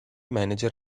manager